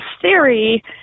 theory